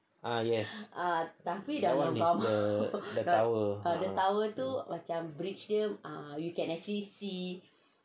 ah yes that [one] is the the tower